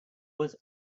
was